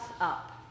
up